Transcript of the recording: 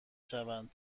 شوند